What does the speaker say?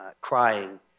crying